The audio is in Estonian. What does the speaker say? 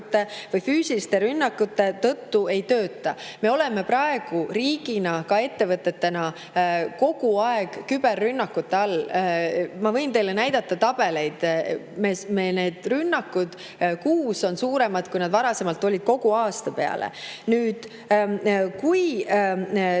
või füüsiliste rünnakute tõttu ei tööta. Me oleme praegu riigina, ka ettevõtetena, kogu aeg küberrünnakute all. Ma võin teile näidata tabeleid, meil neid rünnakuid on kuus rohkem kui varasemalt oli kogu aasta peale. Kui